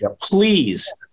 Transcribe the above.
please